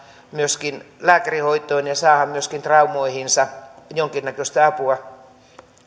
myöskin lääkärihoitoon ja saada myöskin traumoihinsa jonkinnäköistä apua